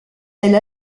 elle